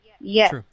Yes